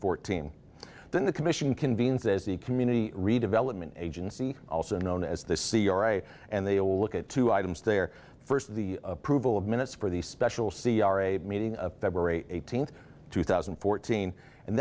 fourteen then the commission convenes as the community redevelopment agency also known as the c r a and they will look at two items there first of the approval of minutes for the special c r a meeting of february eighteenth two thousand and fourteen and